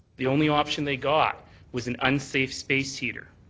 the only option they got was an unsafe space heater.